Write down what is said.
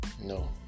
no